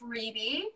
freebie